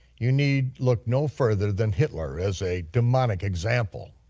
you need look no further than hitler as a demonic example.